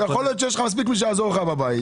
יכול להיות שיש לך מספיק מי שיעזור לך בבית.